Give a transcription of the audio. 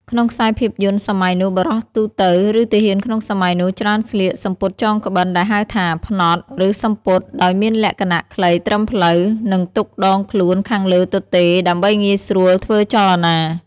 ក្នុងខ្សែភាពយន្តសម័យនោះ បុរសទូទៅ ឬទាហានក្នុងសម័យនោះច្រើនស្លៀកសំពត់ចងក្បិនដែលហៅថា ផ្នត់ ឬ សំពត់ ដោយមានលក្ខណៈខ្លីត្រឹមភ្លៅ និងទុកដងខ្លួនខាងលើទទេដើម្បីងាយស្រួលធ្វើចលនា។